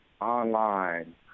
online